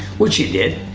which he did,